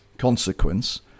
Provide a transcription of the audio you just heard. consequence